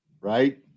Right